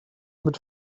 mit